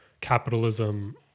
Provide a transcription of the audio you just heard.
Capitalism